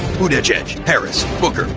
footage paris book.